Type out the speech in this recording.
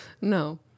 No